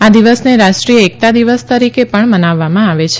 આ દિવસને રાષ્ટ્રીય એકતા દિવસ તરીકે પણ મનાવવામાં આવે છે